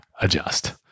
adjust